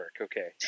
okay